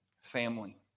family